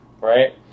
right